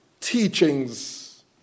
teachings